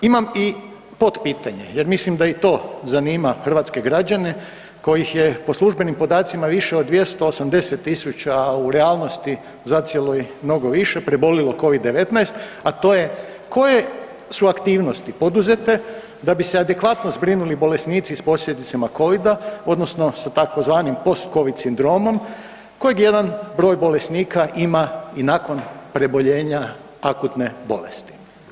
Imam i potpitanje jer mislim da i to zanima hrvatske građane kojih je po službenim podacima više od 280.000 u realnosti zacijelo i mnogo više preboljelo Covid-19, a to je koje su aktivnosti poduzete da bi se adekvatno zbrinuli bolesnici s posljedicama Covida odnosno sa tzv. postcovid sindromom kojeg jedan broj bolesnika ima i nakon preboljenja akutne bolesti?